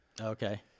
Okay